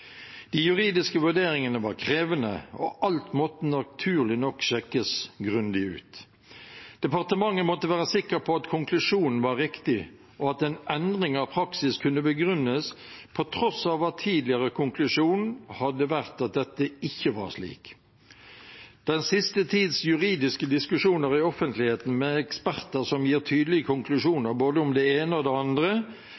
De juridiske vurderingene var krevende, og alt måtte naturlig nok sjekkes grundig ut. Departementet måtte være sikker på at konklusjonen var riktig, og at en endring av praksis kunne begrunnes på tross av at tidligere konklusjon hadde vært at dette ikke var slik. Den siste tids juridiske diskusjoner i offentligheten med eksperter som gir tydelige